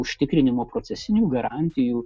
užtikrinimo procesinių garantijų